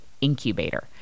incubator